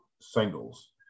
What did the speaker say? singles